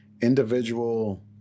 Individual